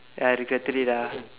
and I regretted it ah